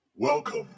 Welcome